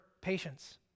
patience